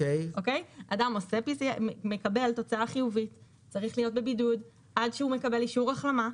אדם שמקבל תוצאה חיובית צריך להיות בבידוד עד שהוא מקבל אישור החלמה.